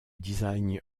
design